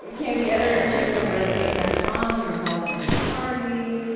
you became the editor-in-chief of redstate dot com. you were involved in the tea party.